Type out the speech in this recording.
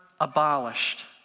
abolished